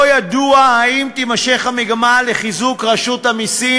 לא ידוע אם תימשך המגמה של חיזוק רשות המסים